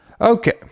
Okay